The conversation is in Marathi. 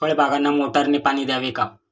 फळबागांना मोटारने पाणी द्यावे का?